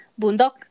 bundok